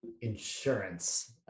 insurance